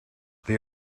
the